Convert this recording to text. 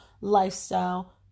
lifestyle